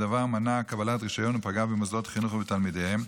והדבר מנע קבלת רישיון ופגע במוסדות החינוך ובתלמידיהם,